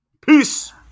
Peace